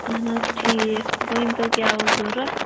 اَہَن حظ ٹھیٖک ؤنۍتو کیٛاہ اوس ضوٚرَتھ